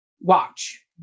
watch